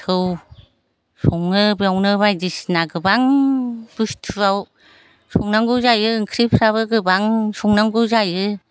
थौ सङो बेवनो बायदिसिना गोबां बुस्थुआव संनांगौ जायो ओंख्रिफ्राबो गोबां संनांगौ जायो